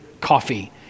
coffee